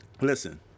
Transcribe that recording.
Listen